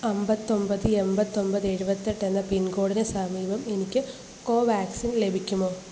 അമ്പത്തൊമ്പത് എൺപത്തൊൻപത് എഴുപത്തെട്ട് എന്ന പിൻകോഡിന് സമീപം എനിക്ക് കോവാക്സിൻ ലഭിക്കുമോ